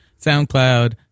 soundcloud